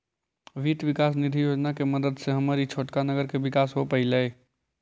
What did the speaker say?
वित्त विकास निधि योजना के मदद से हमर ई छोटका नगर के विकास हो पयलई